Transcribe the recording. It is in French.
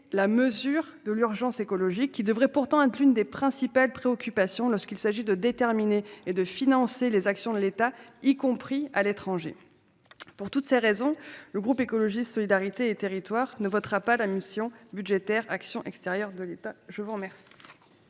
la mesure de l'urgence écologique. Celle-ci devrait pourtant être l'une des principales préoccupations s'agissant de déterminer et de financer les actions de l'État, y compris à l'étranger. Pour toutes ces raisons, le groupe Écologiste -Solidarité et Territoires ne votera pas les crédits de la mission budgétaire « Action extérieure de l'État ». La parole